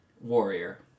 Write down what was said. warrior